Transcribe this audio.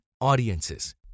Audiences